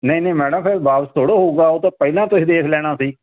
ਨਹੀਂ ਨਹੀਂ ਮੈਡਮ ਫਿਰ ਵਾਪਸ ਥੋੜ ਹੋਊਗਾ ਉਹ ਤਾਂ ਪਹਿਲਾਂ ਤੁਸੀਂ ਦੇਖ ਲੈਣਾ ਸੀ